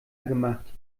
gemacht